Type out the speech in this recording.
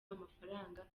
amafaranga